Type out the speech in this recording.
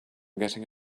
getting